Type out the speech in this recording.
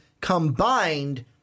combined